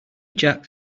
jack